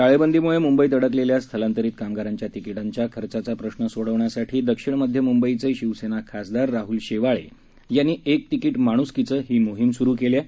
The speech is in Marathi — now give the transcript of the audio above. टाळेबंदीमुळे मुंबईत अडकलेल्या स्थलांतरित कामगारांच्या तिकिटांच्या खर्चाचा प्रश्न सोडवण्यासाठी दक्षिण मध्य मुंबईचे शिवसेना खासदार राहुल शेवाळे यांनी एक तिकीट माणुसकीचं ही मोहीम सुरू केली आहे